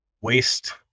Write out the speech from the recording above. waste